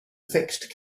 fixed